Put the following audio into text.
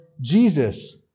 Jesus